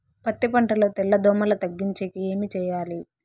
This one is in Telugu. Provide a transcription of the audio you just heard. పత్తి పంటలో తెల్ల దోమల తగ్గించేకి ఏమి చేయాలి?